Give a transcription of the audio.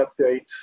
updates